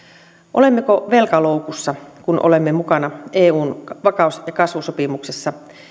olemmeko velkaloukussa kun olemme mukana eun vakaus ja kasvusopimuksessa